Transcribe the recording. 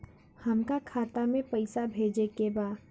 हमका खाता में पइसा भेजे के बा